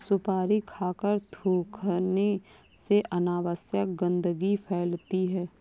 सुपारी खाकर थूखने से अनावश्यक गंदगी फैलती है